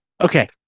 okay